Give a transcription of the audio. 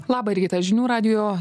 labą rytą žinių radijo